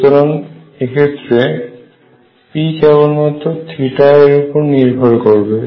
সুতরাং এক্ষেত্রে p কেবলমাত্র এর উপর নির্ভর করবে